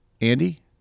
Andy